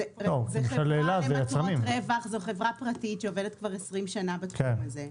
זאת חברה פרטית למטרות רווח שעובדת כבר 20 שנה בתחום הזה.